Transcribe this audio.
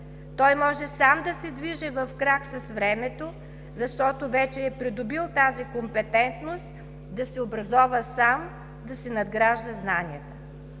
Той може сам да се движи в крак с времето, защото вече е придобил тази компетентност да се образова сам, да си надгражда знанията.